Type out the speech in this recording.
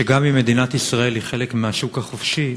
שגם אם מדינת ישראל היא חלק מהשוק החופשי,